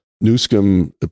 Newsom